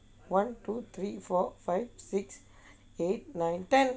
one two three four five six eight nine ten